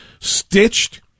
stitched